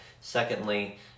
secondly